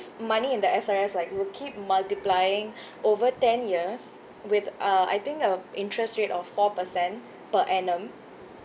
money in the S_R_S right will keep multiplying over ten years with uh I think uh interest rate of four percent per annum